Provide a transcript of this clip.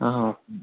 ఆహా